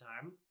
time